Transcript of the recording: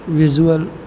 visual